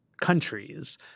countries